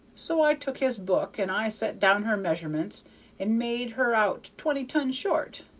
so i took his book and i set down her measurements and made her out twenty ton short,